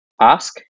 ask